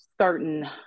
certain